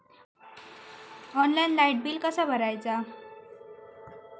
Online light bill कसा भरायचा?